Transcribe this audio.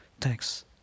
Thanks